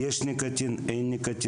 יש ניקוטין או אין ניקוטין,